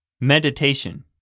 meditation